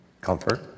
comfort